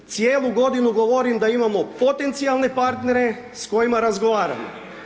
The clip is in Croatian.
Cijelu godinu govorim da imamo potencijalne partnere s kojima razgovaramo.